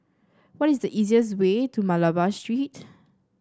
what is the easiest way to Malabar Street